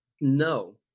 No